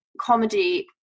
comedy